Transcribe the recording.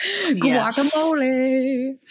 Guacamole